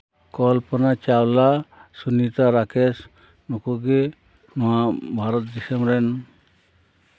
ᱠᱚᱞᱯᱚᱱᱟ ᱪᱟᱣᱞᱟ ᱥᱩᱱᱤᱛᱟ ᱨᱟᱠᱮᱥ ᱱᱩᱠᱩ ᱜᱮ ᱱᱚᱣᱟ ᱵᱷᱟᱨᱚᱛ ᱫᱤᱥᱚᱢ ᱨᱮᱱ